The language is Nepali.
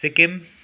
सिक्किम